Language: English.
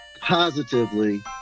positively